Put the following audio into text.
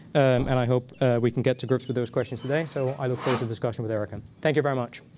and i hope we can get to grips with those questions today. so i look forward to the discussion with erica. thank you very much.